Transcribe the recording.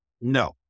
No